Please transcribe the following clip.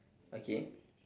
okay